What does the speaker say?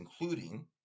including